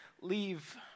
leave